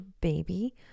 baby